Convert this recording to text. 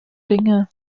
dinge